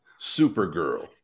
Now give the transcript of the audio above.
Supergirl